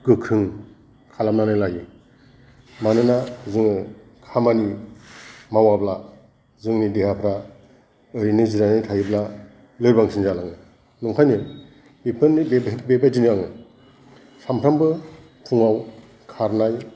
गोख्रों खालामनानै लायो मानोना जोङो खामानि मावाब्ला जोंनि देहाफ्रा ओरैनो जिरायनानै थायोब्ला लोरबांसिन जालाङो नंखायनो बेफोरनो बेबायदिनो जागोन सानफ्रोमबो फुङाव खारनाय